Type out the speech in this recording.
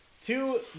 Two